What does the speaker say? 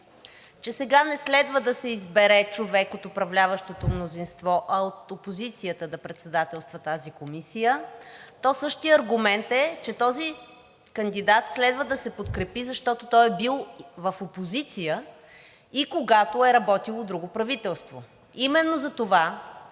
че сега не следва да се избере човек от управляващото мнозинство, а от опозицията да председателства тази комисия, то същият аргумент е, че този кандидат следва да се подкрепи, защото той е бил в опозиция и когато е работил в друго правителство. Именно затова,